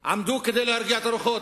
עמדו כדי להרגיע את הרוחות,